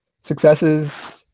successes